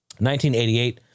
1988